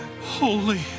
holy